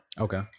Okay